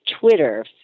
Twitter